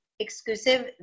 Exclusive